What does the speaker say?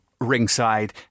ringside